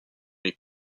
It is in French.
les